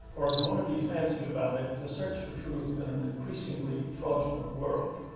or if you want to be fancy about it, the search for truth in an increasingly fraudulent world.